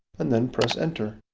and then press enter.